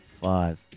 Five